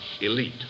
elite